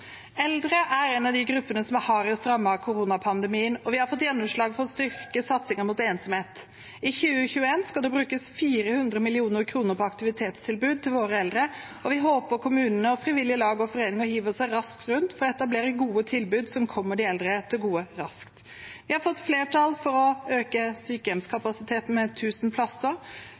Eldre er en av de gruppene som er hardest rammet av koronapandemien, og vi har fått gjennomslag for å styrke satsingen mot ensomhet. I 2021 skal det brukes 400 mill. kr på aktivitetstilbud til våre eldre, og vi håper kommunene og frivillige lag og foreninger hiver seg raskt rundt for å etablere gode tilbud som kommer de eldre til gode raskt. Vi har fått flertall for å øke sykehjemskapasiteten med 1 000 plasser.